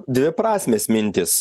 dviprasmės mintys